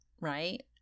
right